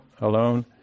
alone